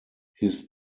his